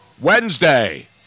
Wednesday